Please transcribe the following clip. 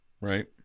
Right